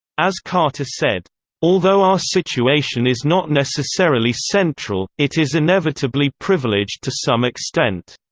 as carter said although our situation is not necessarily central, it is inevitably privileged to some extent.